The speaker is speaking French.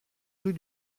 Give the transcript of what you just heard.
rue